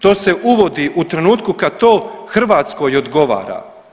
To se uvodi u trenutku kad to Hrvatskoj odgovara.